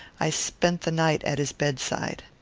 i spent the night at his bedside.